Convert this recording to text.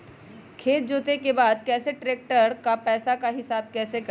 खेत जोते के बाद कैसे ट्रैक्टर के पैसा का हिसाब कैसे करें?